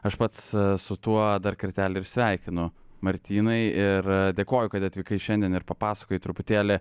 aš pats su tuo dar kartelį ir sveikinu martynai ir dėkoju kad atvykai šiandien ir papasakojai truputėlį